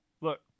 look